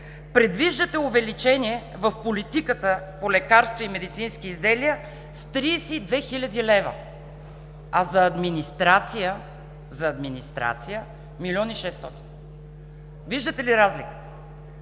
предвиждате увеличение в Политиката по лекарства и медицински изделия с 32 хил. лв., а за администрация – милион и шестстотин. Виждате ли разликата?